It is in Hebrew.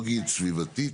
אפידמיולוגית סביבתית.